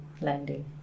landing